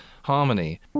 harmony